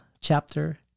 chapter